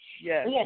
Yes